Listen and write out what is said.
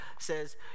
says